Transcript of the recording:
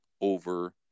over